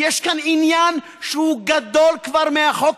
כי יש כאן עניין שהוא כבר גדול מהחוק,